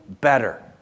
better